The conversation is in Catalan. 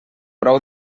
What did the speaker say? brou